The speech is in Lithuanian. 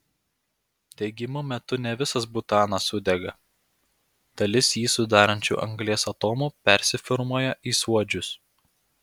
degimo metu ne visas butanas sudega dalis jį sudarančių anglies atomų persiformuoja į suodžius